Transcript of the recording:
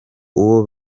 uwo